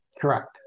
Correct